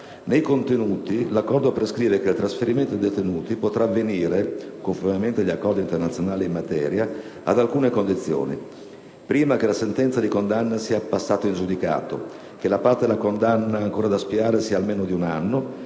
Nei contenuti l'Accordo prescrive che il trasferimento dei detenuti potrà avvenire - conformemente agli accordi internazionali in materia - ad alcune condizioni: che la sentenza di condanna sia passata in giudicato; che la parte della condanna ancora da espiare sia almeno di un anno;